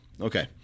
Okay